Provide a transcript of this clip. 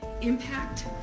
Impact